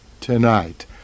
tonight